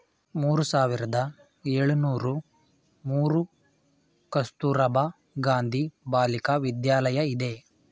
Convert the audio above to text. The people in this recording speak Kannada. ಮೂರು ಸಾವಿರದ ಏಳುನೂರು ಮೂರು ಕಸ್ತೂರಬಾ ಗಾಂಧಿ ಬಾಲಿಕ ವಿದ್ಯಾಲಯ ಇದೆ